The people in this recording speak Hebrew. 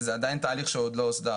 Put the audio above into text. זה עדיין תהליך שעוד לא הוסדר,